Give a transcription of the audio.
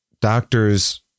doctors